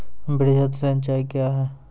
वृहद सिंचाई कया हैं?